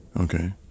Okay